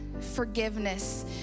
forgiveness